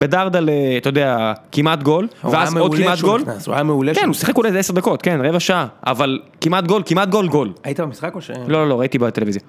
בדרדלה אתה יודע כמעט גול ואז עוד כמעט גול, הוא היה מעולה כשהוא נכנס כן הוא שיחק עוד איזה עשר דקות כן רבע שעה אבל כמעט גול כמעט גול גול, היית במשחק או ש ? לא לא ראיתי בטלוויזיה